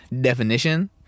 definition